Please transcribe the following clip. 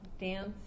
dance